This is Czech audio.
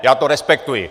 Já to respektuji.